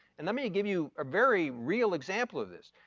and let me give you a very real example of this,